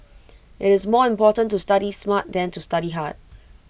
IT is more important to study smart than to study hard